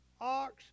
ox